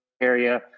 area